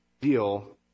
deal